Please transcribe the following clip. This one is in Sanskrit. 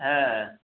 हा